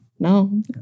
No